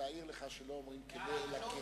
להעיר לך שלא אומרים כנה אלא אומרים כן.